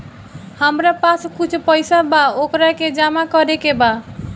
हमरा पास कुछ पईसा बा वोकरा के जमा करे के बा?